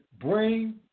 bring